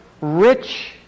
rich